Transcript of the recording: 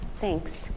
Thanks